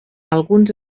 alguns